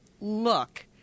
look—